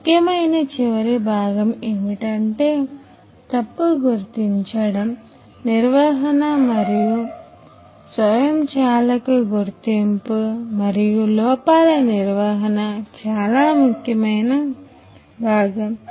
ముఖ్యమైన చివరి భాగం ఏమిటంటే తప్పు గుర్తించడం నిర్వహణ మరియు స్వయంచాలక గుర్తింపు మరియు లోపాల నిర్వహణ చాలా ముఖ్యమైన భాగం